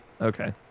Okay